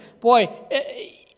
boy